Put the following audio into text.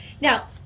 Now